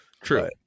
true